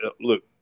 look